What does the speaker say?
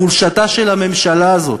חולשתה של הממשלה הזאת,